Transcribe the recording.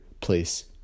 place